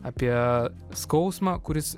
apie skausmą kuris